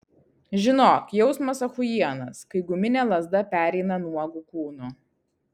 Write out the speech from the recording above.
žinok jausmas achujienas kai guminė lazda pereina nuogu kūnu